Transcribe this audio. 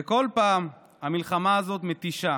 וכל פעם המלחמה הזאת מתישה,